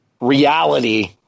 Reality